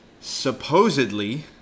supposedly